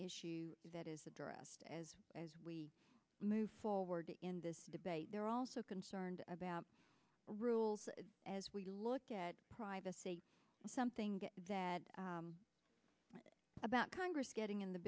issue that is addressed as we move forward in this debate they're also concerned about rules as we look at privacy something that about congress getting in the